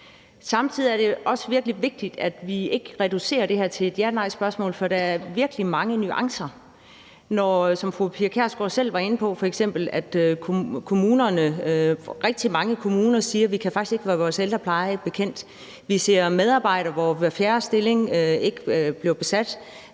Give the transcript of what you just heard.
Samtidig er det også virkelig vigtigt, at vi ikke reducerer det her til et ja-nej-spørgsmål, for der er virkelig mange nuancer. Som fru Pia Kjærsgaard f.eks. selv var inde på, siger rigtig mange kommuner: Vi kan faktisk ikke være vores ældrepleje bekendt. Vi ser områder, hvor hver fjerde stilling ikke bliver besat.